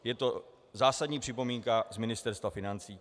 Je to zásadní připomínka z Ministerstva financí.